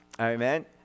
Amen